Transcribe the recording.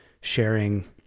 sharing